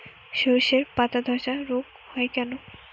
শর্ষের পাতাধসা রোগ হয় কেন?